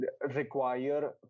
require